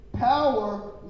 Power